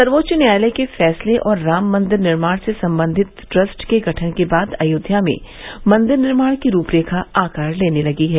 सर्वोच्च न्यायालय के फैसले और राम मंदिर निर्माण से संबंधित ट्रस्ट के गठन के बाद अयोध्या में मंदिर निर्माण की रूपरेखा आकार लेने लगी है